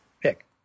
pick